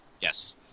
yes